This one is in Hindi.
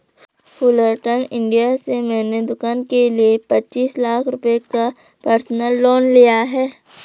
फुलरटन इंडिया से मैंने दूकान के लिए पचीस लाख रुपये का पर्सनल लोन लिया है